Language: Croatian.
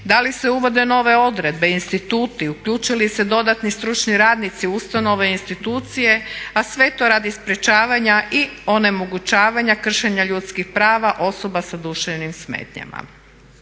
Da li se uvode nove odredbe, instituti, uključuju li se dodatni stručni radnici u ustanove i institucije a sve to radi sprječavanja i onemogućavanja kršenja ljudskih prava osoba sa duševnim smetnjama.